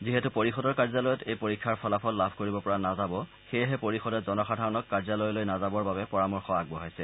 যিহেতু পৰিষদৰ কাৰ্যালয়ত এই পৰীক্ষাৰ ফলাফল লাভ কৰিব পৰা নাযাব সেয়েহে পৰিষদে জনসাধাৰণক কাৰ্যালয়লৈ নাযাবৰ বাবে পৰামৰ্শ আগবঢ়াইছে